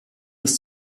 des